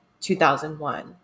2001